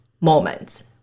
moments